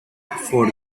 for